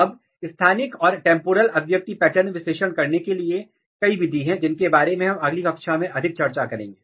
अब स्थानिक और टेंपोरल अभिव्यक्ति पैटर्न विश्लेषण करने के लिए कई विधि हैं जिनके बारे में हम अगली कक्षा में अधिक चर्चा करेंगे